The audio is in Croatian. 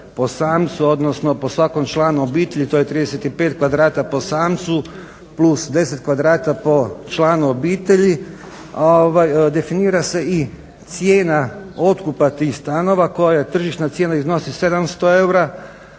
po samcu odnosno po svakom članu obitelji, to je 35 kvadrata po samcu plus deset kvadrata po članu obitelji, definira se i cijena otkupa tih stanova koja tržišna cijena iznosi 700 eura